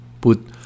put